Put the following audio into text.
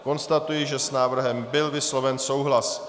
Konstatuji, že s návrhem byl vysloven souhlas.